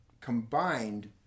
combined